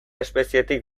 espezietik